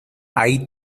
hay